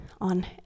on